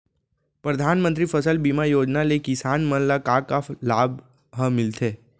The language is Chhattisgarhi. परधानमंतरी फसल बीमा योजना ले किसान मन ला का का लाभ ह मिलथे?